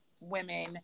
women